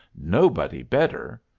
nobody better.